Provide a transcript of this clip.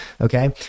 okay